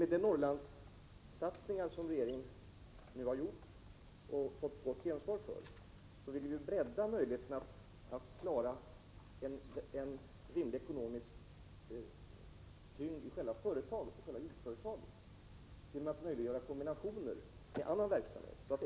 Med de Norrlandssatsningar som regeringen har gjort och som har vunnit gott gensvar vill vi bredda möjligheten att klara en rimlig ekonomisk tyngd i själva jordbruksföretaget genom kombination med annan verksamhet.